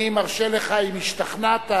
אני מרשה לך, אם השתכנעת,